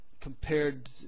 compared